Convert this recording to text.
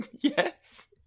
Yes